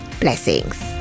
blessings